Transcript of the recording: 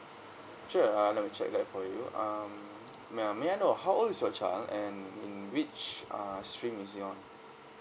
sure uh let me check that for you um may uh may I know how old is your child and which uh stream is he on